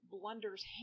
Blunder's